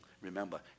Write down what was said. remember